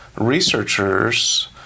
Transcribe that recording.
researchers